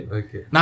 okay